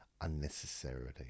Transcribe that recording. unnecessarily